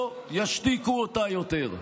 לא ישתיקו אותה יותר.